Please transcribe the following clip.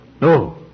No